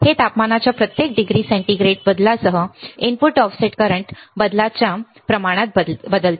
हे तपमानाच्या प्रत्येक डिग्री सेंटीग्रेड बदलासह इनपुट ऑफसेट बदलांच्या प्रमाणात सांगते